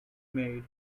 made